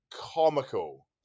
comical